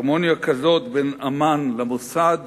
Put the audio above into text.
הרמוניה כזאת בין אמ"ן למוסד